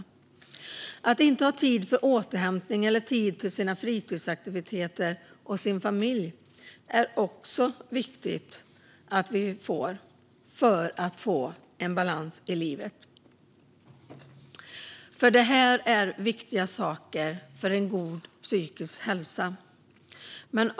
Det är viktigt att vi får tid för återhämtning, tid till våra fritidsaktiviteter och tid för vår familj för att vi ska få balans i livet. Detta är viktiga saker för en god psykisk hälsa. Fru talman!